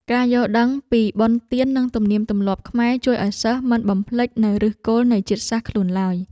ការយល់ដឹងពីបុណ្យទាននិងទំនៀមទម្លាប់ខ្មែរជួយឱ្យសិស្សមិនបំភ្លេចនូវឫសគល់នៃជាតិសាសន៍ខ្លួនឡើយ។